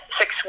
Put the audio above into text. six